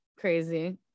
Crazy